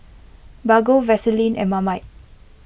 Bargo Vaseline and Marmite